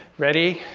ready?